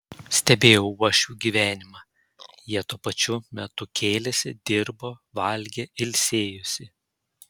stebėjau uošvių gyvenimą jie tuo pačiu metu kėlėsi dirbo valgė ilsėjosi